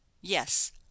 Yes